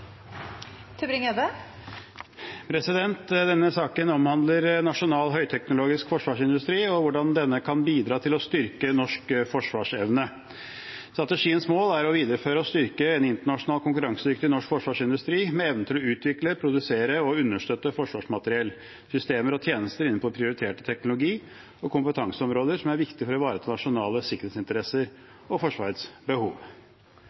Denne saken omhandler nasjonal høyteknologisk forsvarsindustri og hvordan denne kan bidra til å styrke norsk forsvarsevne. Strategiens mål er å videreføre og styrke en internasjonalt konkurransedyktig norsk forsvarsindustri med evnen til å utvikle, produsere og understøtte forsvarsmateriell, -systemer og tjenester innenfor prioritert teknologi og kompetanseområder som er viktige for å ivareta nasjonale sikkerhetsinteresser og Forsvarets behov.